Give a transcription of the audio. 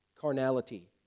carnality